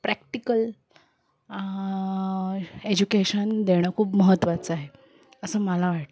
practical education देणं खूप महत्वाचं आहे असं मला वाटतं